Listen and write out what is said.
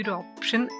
option